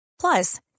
Plus